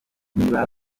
niba